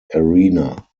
arena